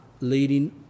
leading